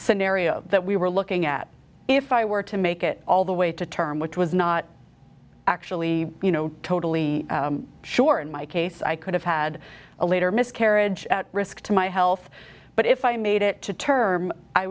scenario that we were looking at if i were to make it all the way to term which was not actually totally sure in my case i could have had a later miscarriage risk to my health but if i made it to term i